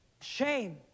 Shame